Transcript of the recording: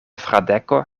fradeko